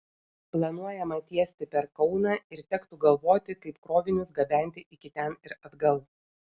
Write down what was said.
planuojama tiesti per kauną ir tektų galvoti kaip krovinius gabenti iki ten ir atgal